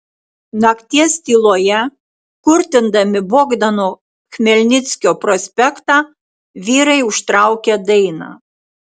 nakties tyloje kurtindami bogdano chmelnickio prospektą vyrai užtraukė dainą